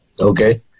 Okay